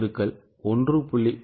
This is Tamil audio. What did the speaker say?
15 X 1